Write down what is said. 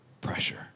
pressure